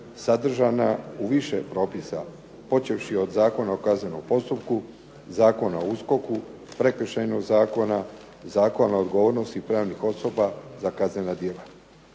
sadržana u više propisa, počevši od Zakona o kaznenom postupku, Zakona o USKOK-u, Prekršajnog zakona, Zakona o odgovornosti pravnih osoba za kaznena djela.